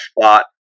spot